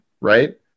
right